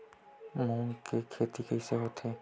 मूंग के खेती कइसे होथे?